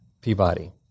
Peabody